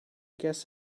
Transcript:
guess